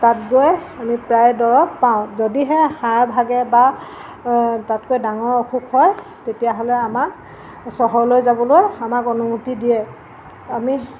তাত গৈ আমি প্ৰায় দৰৱ পাওঁ যদিহে হাড় ভাগে বা তাতকৈ ডাঙৰ অসুখ হয় তেতিয়াহ'লে আমাক চহৰলৈ যাবলৈ আমাক অনুমতি দিয়ে আমি